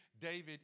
David